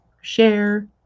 share